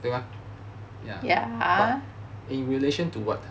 对吗 but in relation to what